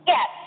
Yes